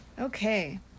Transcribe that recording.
Okay